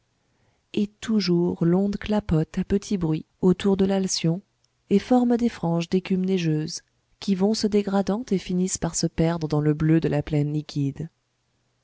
et toujours l'onde clapote à petit bruit autour de l'alcyon et forme des franges d'écume neigeuse qui vont se dégradant et finissent par se perdre dans le bleu de la plaine liquide